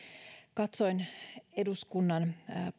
katsoin eduskunnan